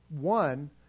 one